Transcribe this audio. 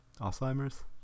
Alzheimer's